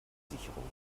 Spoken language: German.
sicherung